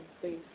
please